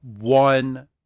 one